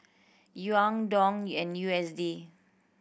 Yuan Dong and U S D